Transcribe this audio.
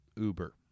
Uber